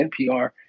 NPR